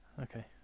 Okay